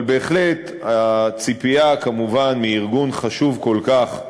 אבל בהחלט, הציפייה, כמובן, מארגון חשוב כל כך,